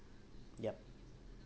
yup